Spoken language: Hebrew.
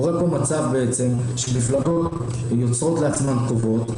קורה פה מצב שמפלגות יוצרות לעצמן חובות,